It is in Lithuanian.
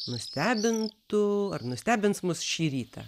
nustebintų ar nustebins mus šį rytą